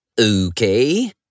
Okay